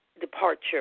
departure